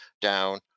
down